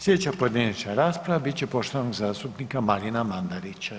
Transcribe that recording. Sljedeća pojedinačna rasprava biti će poštovanog zastupnika Marina Mandarića.